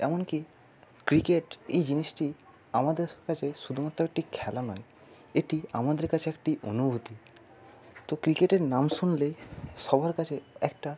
এমনকি ক্রিকেট এই জিনিসটি আমাদের কাছে শুধুমাত্র একটি খেলা নয় এটি আমাদের কাছে একটি অনুভূতি তো ক্রিকেটের নাম শুনলে সবার কাছে একটা